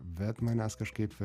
bet manęs kažkaip